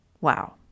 Wow